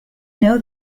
know